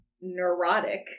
neurotic